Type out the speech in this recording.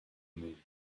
moon